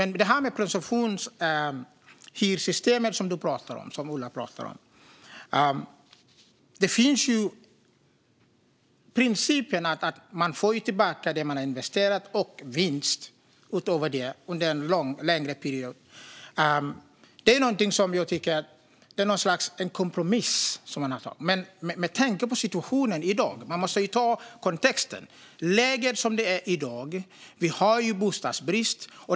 I det presumtionshyressystem som Ola Johansson talar om är principen att man får tillbaka det man investerat och vinst utöver det under en längre period. Det är ett slags kompromiss. Man måste se till kontexten. Läget som det är i dag är att vi har bostadsbrist.